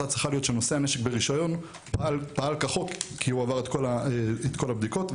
צריכה להיות שנושא הנשק ברישיון פעל כחוק כי הוא עבר את כל הבדיקות.